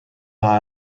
war